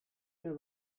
mehr